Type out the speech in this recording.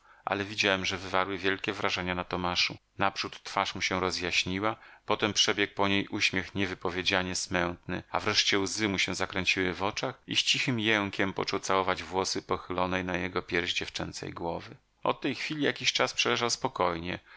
ale widziałem że wywarły wielkie wrażenie na tomaszu naprzód twarz mu się rozjaśniła potem przebiegł po niej uśmiech niewypowiedzianie smętny a wreszcie łzy mu się zakręciły w oczach i z cichym jękiem począł całować włosy pochylonej na jego pierś dziewczęcej głowy od tej chwili jakiś czas przeleżał spokojnie